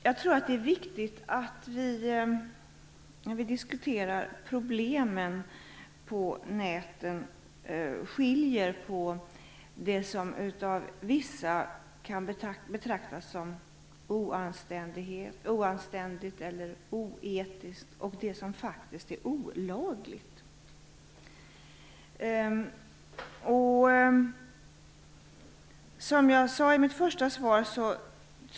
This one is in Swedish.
Jag tror att det är viktigt att skilja på det som av vissa kan betraktas som oanständigt eller oetiskt och det som faktiskt är olagligt när vi diskuterar problemen på näten.